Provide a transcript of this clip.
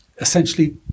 essentially